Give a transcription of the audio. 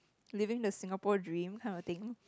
living the Singapore dream kind of thing